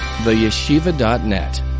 Theyeshiva.net